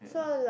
yeah